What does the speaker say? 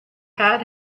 had